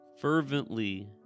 fervently